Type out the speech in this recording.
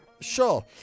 sure